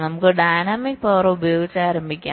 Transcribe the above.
നമുക്ക് dynamic power ഉപയോഗിച്ച് ആരംഭിക്കാം